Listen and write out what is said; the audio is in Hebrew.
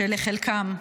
שלחלקם,